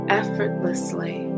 effortlessly